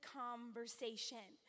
conversation